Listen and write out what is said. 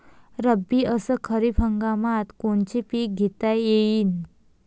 रब्बी अस खरीप हंगामात कोनचे पिकं घेता येईन?